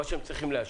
מה שהן צריכות להשיב,